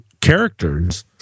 characters